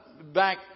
back